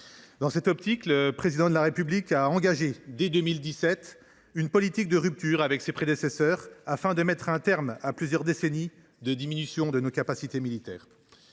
Avec cette volonté, le Président de la République a engagé dès 2017 une politique de rupture avec ses prédécesseurs afin de mettre un terme à plusieurs décennies de diminutions de nos capacités militaires.